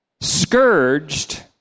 Scourged